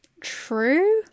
True